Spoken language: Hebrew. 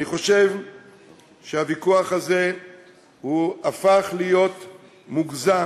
אני חושב שהוויכוח הזה הפך להיות מוגזם